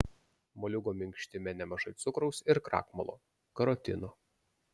moliūgo minkštime nemažai cukraus ir krakmolo karotino